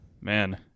man